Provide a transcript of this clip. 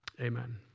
Amen